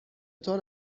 طور